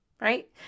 right